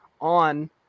on